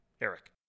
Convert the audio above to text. Eric